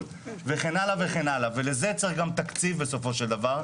וכן הלאה ולזה צריך גם תקציב בסופו של דבר,